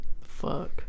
fuck